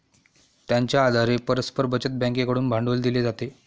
त्यांच्या आधारे परस्पर बचत बँकेकडून भांडवल दिले जाते